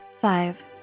Five